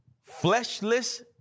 fleshless